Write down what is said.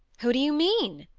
who do you mean?